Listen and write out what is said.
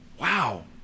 Wow